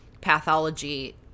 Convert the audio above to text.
pathology